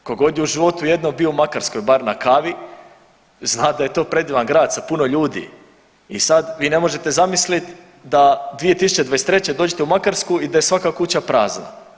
Tko god je u životu jednom bio u Makarskoj bio bar na kavi zna da je to predivan grad sa puno ljudi i sad vi ne možete zamisliti da 2023. dođete u Makarsku i da je svaka kuća prazna.